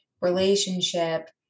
relationship